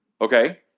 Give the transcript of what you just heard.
Okay